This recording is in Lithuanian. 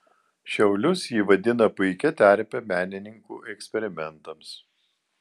šiaulius ji vadina puikia terpe menininkų eksperimentams